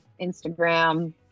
Instagram